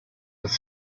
with